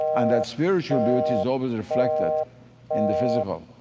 and that spiritual beauty is always reflected in the physical.